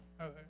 Okay